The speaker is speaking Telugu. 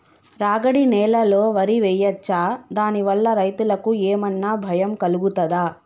రాగడి నేలలో వరి వేయచ్చా దాని వల్ల రైతులకు ఏమన్నా భయం కలుగుతదా?